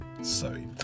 sorry